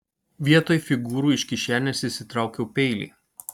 vietoj figūrų iš kišenės išsitraukiau peilį